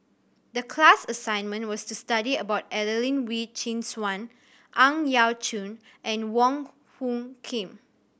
the class assignment was to study about Adelene Wee Chin Suan Ang Yau Choon and Wong Hung Khim